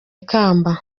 ikamba